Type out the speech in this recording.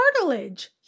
cartilage